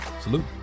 Salute